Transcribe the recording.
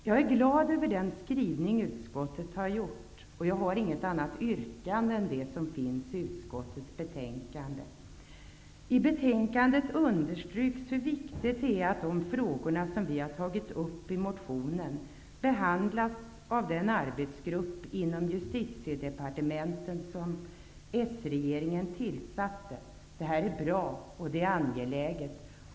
Jag är glad över utskottets skrivning, och jag har inget annat yrkande än det som finns i utskottets betänkande. I betänkandet understryks hur viktigt det är att de frågor som vi har tagit upp i motionen behandlas av den arbetsgrupp inom Justitiedepartementet som den socialdemokratiska regeringen tillsatte. Detta är bra och angeläget.